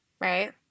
Right